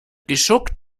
geschuckt